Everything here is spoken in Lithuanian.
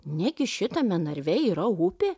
negi šitame narve yra upė